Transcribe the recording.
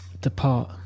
depart